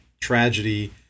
tragedy